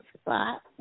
spot